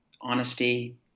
honesty